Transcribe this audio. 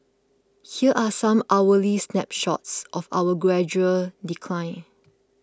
here are some hourly snapshots of my gradual decline